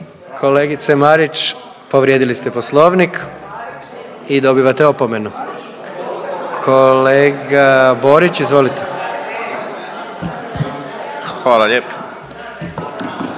Kolegice Marić, povrijedili ste Poslovnik i dobivate opomenu. Kolega Borić, izvolite. **Borić,